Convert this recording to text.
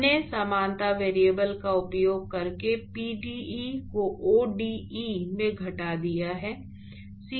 हमने समानता वेरिएबल का उपयोग करके pde को ode में घटा दिया है